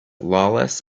lawless